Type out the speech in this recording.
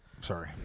Sorry